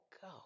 go